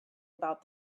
about